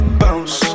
bounce